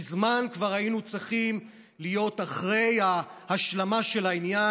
מזמן כבר היינו צריכים להיות אחרי ההשלמה של העניין,